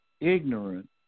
ignorant